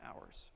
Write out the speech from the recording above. hours